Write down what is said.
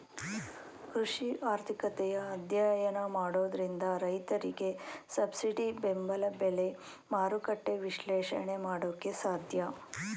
ಕೃಷಿ ಆರ್ಥಿಕತೆಯ ಅಧ್ಯಯನ ಮಾಡೋದ್ರಿಂದ ರೈತರಿಗೆ ಸಬ್ಸಿಡಿ ಬೆಂಬಲ ಬೆಲೆ, ಮಾರುಕಟ್ಟೆ ವಿಶ್ಲೇಷಣೆ ಮಾಡೋಕೆ ಸಾಧ್ಯ